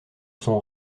sont